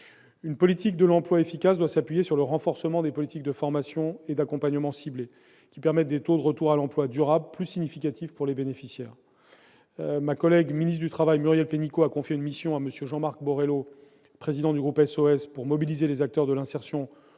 Une politique de l'emploi efficace doit s'appuyer sur le renforcement des politiques de formation et d'accompagnement ciblé, lesquelles permettent des taux de retour à l'emploi durable plus significatifs pour les bénéficiaires. Ma collègue ministre du travail, Muriel Pénicaud, a confié une mission à M. Jean-Marc Borello, président du groupe SOS, visant à mobiliser les acteurs de l'insertion